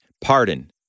pardon